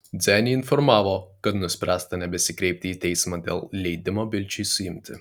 dzenį informavo kad nuspręsta nebesikreipti į teismą dėl leidimo bilčiui suimti